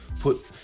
put